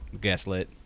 Gaslit